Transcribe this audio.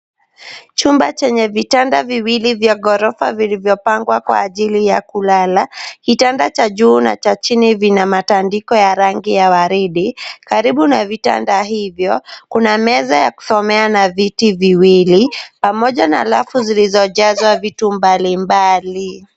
Chumba Chenye vitanda viwili vya ghorofa, vilivyopangwa kwa ajili ya kulala, kitanda cha juu na cha chini vima matandiko ya rangi ya waridi. Karibu na vitanda hivyo kuna meza ya kusomea na viti viwili pamoja na rafu zilizojazwa vitu mbalimbali.